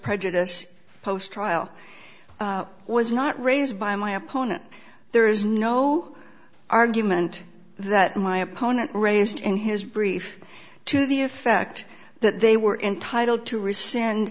prejudice post trial was not raised by my opponent there is no argument that my opponent raised in his brief to the effect that they were entitled to res